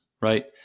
right